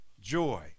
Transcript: joy